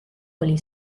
oli